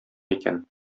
икән